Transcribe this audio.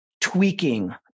tweaking